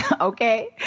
Okay